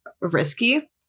risky